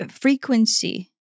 frequency